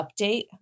update